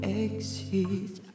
exit